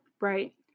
Right